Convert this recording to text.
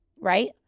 Right